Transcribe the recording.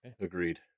Agreed